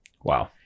wow